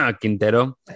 Quintero